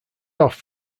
off